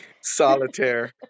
Solitaire